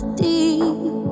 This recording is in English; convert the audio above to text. deep